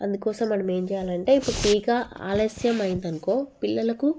అందుకోసం మనం ఏమి చేయాలంటే ఇప్పుడు టీకా ఆలస్యమైంది అనుకో పిల్లలకు